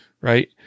right